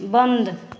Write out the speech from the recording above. बन्द